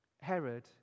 Herod